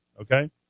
Okay